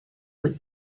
would